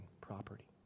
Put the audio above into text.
property